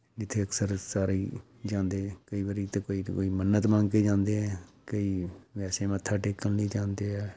ਜਿੱਥੇ ਅਕਸਰ ਅਸੀਂ ਸਾਰੇ ਹੀ ਜਾਂਦੇ ਕਈ ਵਾਰੀ ਤਾਂ ਕੋਈ ਨਾ ਕੋਈ ਮੰਨਤ ਮੰਗ ਕੇ ਹੀ ਜਾਂਦੇ ਹੈ ਕਈ ਵੈਸੇ ਮੱਥਾ ਟੇਕਣ ਲਈ ਜਾਂਦੇ ਹੈ